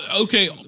okay